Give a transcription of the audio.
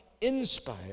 inspire